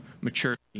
maturity